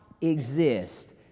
exist